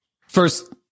first